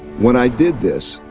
when i did this,